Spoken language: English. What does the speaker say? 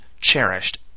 cherished